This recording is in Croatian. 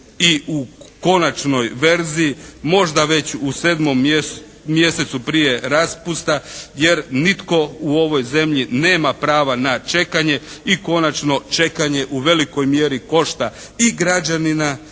i u konačnoj verziji. Možda već u 7. mjesecu prije raspusta. Jer nitko u ovoj zemlji nema prava na čekanje. I konačno čekanje u velikoj mjeri košta i građanina